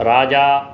राजा